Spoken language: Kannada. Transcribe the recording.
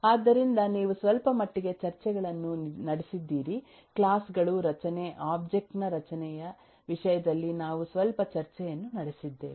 ಆದ್ದರಿಂದ ನೀವು ಸ್ವಲ್ಪಮಟ್ಟಿಗೆ ಚರ್ಚೆಗಳನ್ನು ನಡೆಸಿದ್ದೀರಿ ಕ್ಲಾಸ್ ಗಳು ರಚನೆ ಒಬ್ಜೆಕ್ಟ್ ನ ರಚನೆಯ ವಿಷಯದಲ್ಲಿ ನಾವು ಸ್ವಲ್ಪ ಚರ್ಚೆಯನ್ನು ನಡೆಸಿದ್ದೇವೆ